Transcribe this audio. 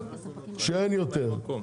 אני רק ממלא מקום.